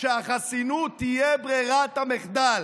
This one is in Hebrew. הכלל הנוהג היה כלל ברור: חסינות היא ברירת מחדל.